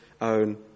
own